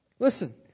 Listen